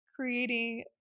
creating